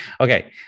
Okay